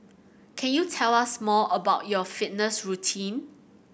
can you tell us more about your fitness routine